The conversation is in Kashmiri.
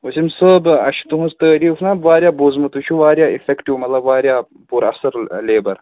ؤسیٖم صٲب اَسہِ چھِ تُہٕنٛز تٲریٖف نا واریاہ بوٗزمٕژ تُہۍ چھُو واریاہ اِفیکٹِو مطلب واریاہ پوٗرٕ اَصٕل لیبَر